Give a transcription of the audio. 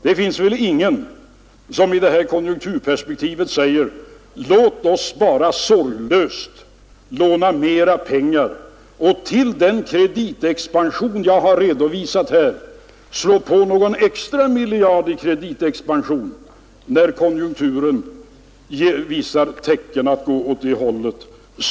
Det finns väl ingen som i det här konjunkturperspektivet kan hävda att vi sorglöst bör låna mera pengar och lägga ytterligare någon miljard till den kreditexpansion som jag har redovisat.